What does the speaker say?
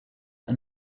are